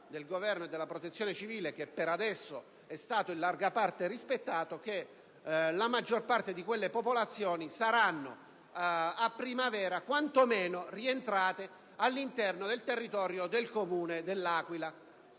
del Governo e della Protezione civile, che per adesso è stato in larga parte rispettato, che la maggior parte di quelle popolazioni in primavera sarà rientrata nel territorio del Comune dell'Aquila,